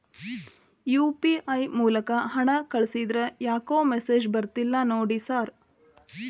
UPI ಮೂಲಕ ಹಣ ಕಳಿಸಿದ್ರ ಯಾಕೋ ಮೆಸೇಜ್ ಬರ್ತಿಲ್ಲ ನೋಡಿ ಸರ್?